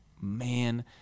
man